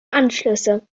anschlüsse